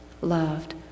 loved